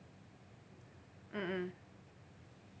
mm mm